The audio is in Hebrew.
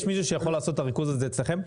יש מישהו שיכול לעשות את הריכוז הזה אצלכם?